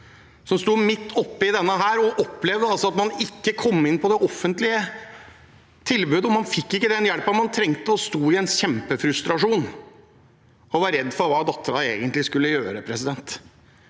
Hun sto midt oppe i dette og opplevde at man ikke kom inn i det offentlige tilbudet. Man fikk ikke den hjelpen man trengte, sto i en kjempefrustrasjon og var redd for hva datteren egentlig skulle gjøre. Vi vet